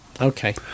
Okay